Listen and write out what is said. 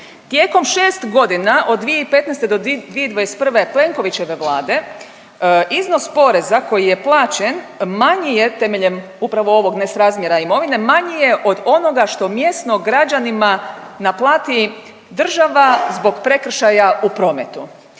Tijekom 6.g. od 2015. do 2021. Plenkovićeve Vlade iznos poreza koji je plaćen manji je, temeljem upravo ovog nesrazmjera imovine, manji je od onoga što mjesno građanima naplati država zbog prekršaja u prometu.